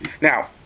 Now